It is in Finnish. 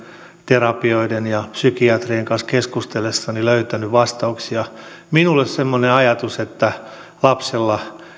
terapioiden ja psykiatrien kanssa keskustellessani löytänyt vastauksia minulle semmoinen ajatus että se että lapsella